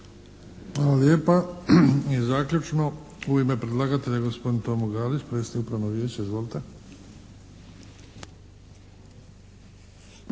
Hvala lijepa. I zaključno, u ime predlagatelja gospodin Tomo Galić, predsjednik Upravnog vijeća. Izvolite.